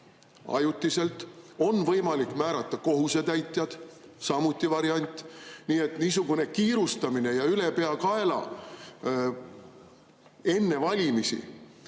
ajutiselt. On võimalik määrata kohusetäitjad, samuti variant. Nii et niisugune kiirustamine ja ülepeakaela enne valimisi